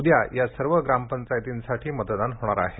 उद्या या सर्व ग्रामपंचायतींसाठी मतदान होणार आहे